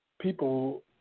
people